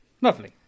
Lovely